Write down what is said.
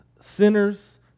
sinners